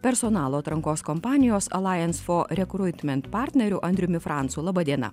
personalo atrankos kompanijos alajens fo rekruitment partneriu andriumi francu laba diena